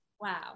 Wow